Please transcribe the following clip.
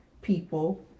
people